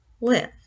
live